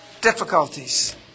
difficulties